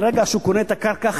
מרגע שהוא קונה את הקרקע,